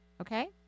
Okay